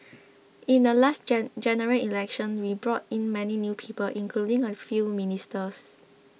in the last gene General Election we brought in many new people including a few ministers